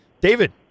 David